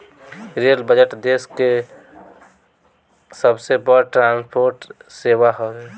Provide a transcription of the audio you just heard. rail budget देस कअ सबसे बड़ ट्रांसपोर्ट सेवा हवे